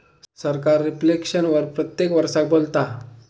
सरकार रिफ्लेक्शन वर प्रत्येक वरसाक बोलता